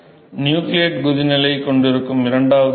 எனவே நியூக்ளியேட் கொதிநிலையைக் கொண்டிருக்கும் இரண்டாவது நிலை